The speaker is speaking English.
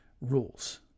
rules